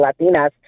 Latinas